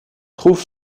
trouve